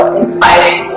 inspiring